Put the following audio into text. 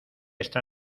esta